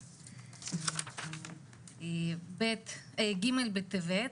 השעה 10:00, היום 7 בדצמבר, ג' בטבת,